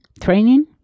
training